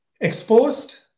exposed